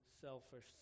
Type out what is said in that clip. selfish